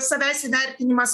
savęs įvertinimas